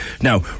Now